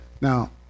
Now